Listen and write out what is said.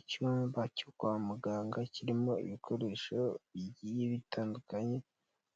Icyumba cyo kwa muganga, kirimo ibikoresho bigiye bitandukanye,